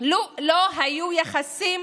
לא היו יחסים,